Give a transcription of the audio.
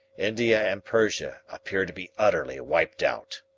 india and persia appear to be utterly wiped out.